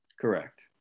Correct